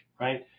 right